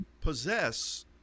possess